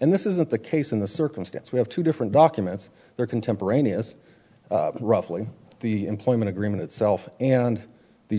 and this isn't the case in the circumstance we have two different documents there contemporaneous roughly the employment agreement itself and the